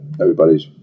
Everybody's